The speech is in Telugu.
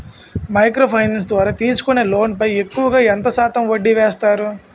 మైక్రో ఫైనాన్స్ ద్వారా తీసుకునే లోన్ పై ఎక్కువుగా ఎంత శాతం వడ్డీ వేస్తారు?